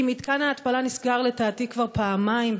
כי מתקן ההתפלה נסגר לדעתי כבר פעמיים,